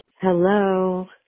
Hello